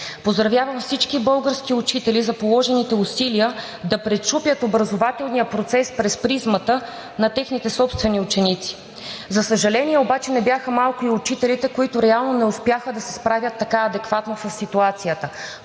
Поздравявам всички български учители за положените усилия да пречупят образователния процес през призмата на техните собствени ученици. За съжаление обаче, не бяха и малко учителите, които реално не успяха да се справят така адекватно със ситуацията